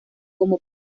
como